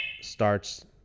starts